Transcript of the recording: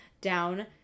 down